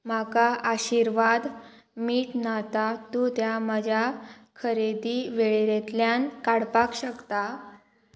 म्हाका आशिर्वाद मीठ न्हाता तूं त्या म्हज्या खरेदी वेळेरेंतल्यान काडपाक शकता